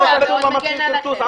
אין לנו מכשירי כרטוס.